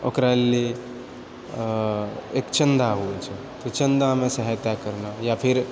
ओकरा लिअऽ एक चन्दा होइत छै तऽ चन्दामे सहायता करलहुंँ या फिर